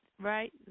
right